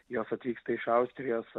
jos atvyksta iš austrijos